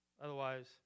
Otherwise